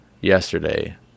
yesterday